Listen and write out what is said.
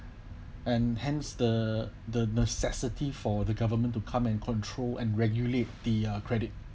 and hence the the necessity for the government to calm and control and regulate the uh credit